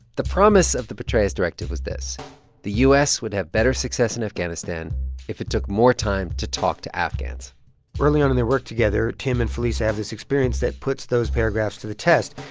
the promise of the petraeus directive was this the u s. would have better success in afghanistan if it took more time to talk to afghans early on in their work together, tim and felisa have this experience that puts those paragraphs to the test.